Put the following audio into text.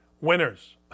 winners